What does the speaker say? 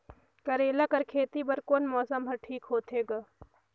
करेला कर खेती बर कोन मौसम हर ठीक होथे ग?